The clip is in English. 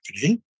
company